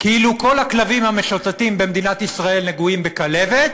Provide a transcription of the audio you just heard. כאילו כל הכלבים המשוטטים במדינת ישראל נגועים בכלבת,